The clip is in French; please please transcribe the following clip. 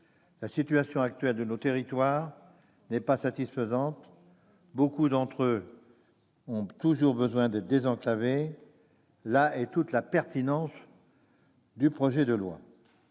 La situation actuelle de nos territoires n'est pas satisfaisante : beaucoup d'entre eux ont toujours besoin d'être désenclavés, d'où la pertinence de ce projet de loi.